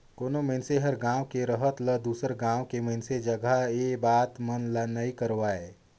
कोनो मइनसे हर गांव के रहत ल दुसर गांव के मइनसे जघा ले ये बता मन ला नइ करवाय